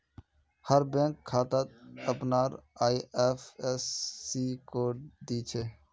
हर bank खातात अपनार IFSC code दि छे